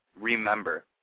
remember